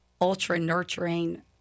ultra-nurturing